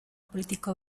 politiko